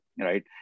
right